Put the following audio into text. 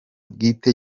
bwite